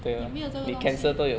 你没有这个东西